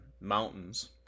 mountains